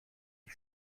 die